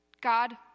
God